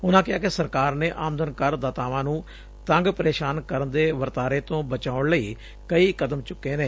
ਉਨੂਂ ਕਿਹਾ ਕਿ ਸਰਕਾਰ ਨੇ ਆਮਦਨ ਕਰ ਦਾਤਾਵਾਂ ਨੂੰ ਤੰਗ ਪਰੇਸ਼ਾਨ ਕਰਨ ਦੇ ਵਰਤਾਰੇ ਤੋਂ ਬਚਾਉਣ ਲਈ ਕਈ ਕਦਮ ਚੁੱਕੇ ਨੇ